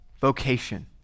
vocation